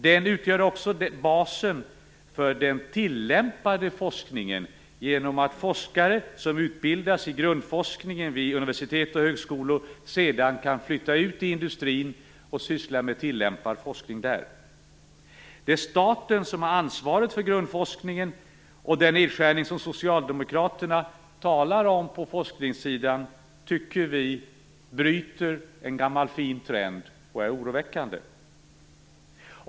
Den utgör också basen för den tillämpade forskningen genom att forskare som utbildas i grundforskningen vid universitet och högskolor sedan kan flytta ut i industrin och syssla med tillämpad forskning där. Det är staten som har ansvaret för grundforskningen. Den nedskärning som Socialdemokraterna talar om på forskningssidan bryter, tycker vi, en gammal fin trend och är oroväckande.